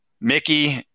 Mickey